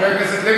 חבר הכנסת לוי,